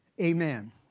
Amen